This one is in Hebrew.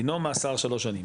דינו מאסר שלוש שנים,